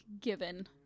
given